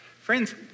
Friends